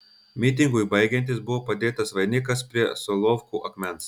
mitingui baigiantis buvo padėtas vainikas prie solovkų akmens